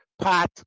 pot